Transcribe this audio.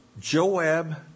Joab